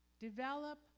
Develop